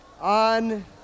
on